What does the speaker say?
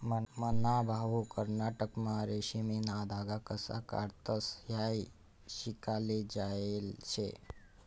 मन्हा भाऊ कर्नाटकमा रेशीमना धागा कशा काढतंस हायी शिकाले जायेल शे